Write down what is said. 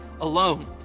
alone